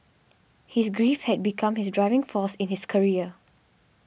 his grief had become his driving force in his career